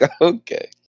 okay